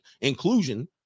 inclusion